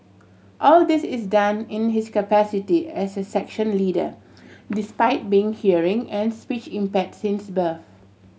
all this is done in his capacity as a section leader despite being hearing and speech impaired since birth